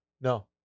No